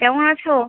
কেমন আছো